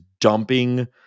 dumping